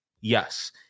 yes